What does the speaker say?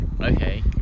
Okay